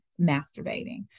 masturbating